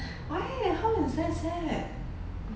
why how is that sad